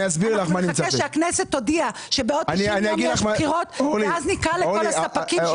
נחכה שהכנסת תודיע שבעוד 90 יום יש בחירות ואז נקרא לכל הספקים?